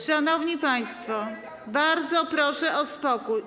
Szanowni państwo, bardzo proszę o spokój.